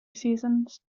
seasons